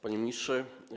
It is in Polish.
Panie Ministrze!